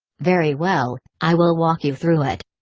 very well, i will walk you through it.